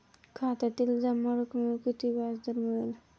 खात्यातील जमा रकमेवर किती व्याजदर मिळेल?